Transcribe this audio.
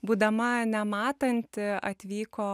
būdama nematanti atvyko